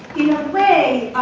way,